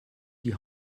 die